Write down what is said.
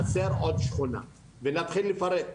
חסרה עוד שכונה ונתחיל לפרט,